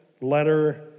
letter